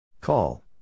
Call